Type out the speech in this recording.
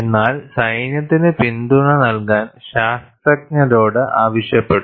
എന്നാൽ സൈന്യത്തിന് പിന്തുണ നൽകാൻ ശാസ്ത്രജ്ഞരോട് ആവശ്യപ്പെട്ടു